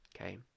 Okay